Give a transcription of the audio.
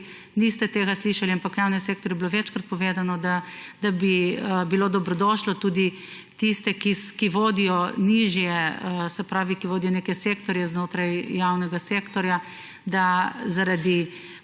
niste tega slišali, ampak v javnem sektorju je bilo večkrat povedano, da bi bilo dobrodošlo, da tudi tiste, ki vodijo neke sektorje znotraj javnega sektorja, da zaradi